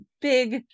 big